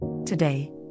Today